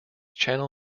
channel